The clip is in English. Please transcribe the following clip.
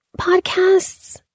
podcasts